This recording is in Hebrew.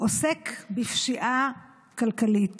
עוסק בפשיעה כלכלית,